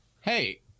hey